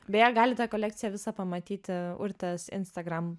beje galite kolekciją visą pamatyti urtės instagram